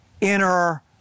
inner